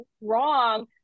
wrong